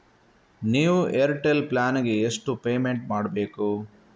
New Airtel plan ಗೆ ಎಷ್ಟು payment ಮಾಡ್ಬೇಕು?